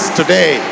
today